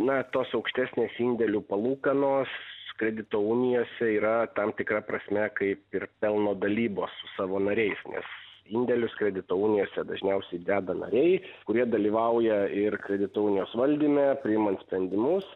na tos aukštesnės indėlių palūkanos kredito unijose yra tam tikra prasme kaip ir pelno dalybos su savo nariais nes indėlius kredito unijose dažniausiai deda nariai kurie dalyvauja ir kredito unijos valdyme priimant sprendimus